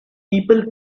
people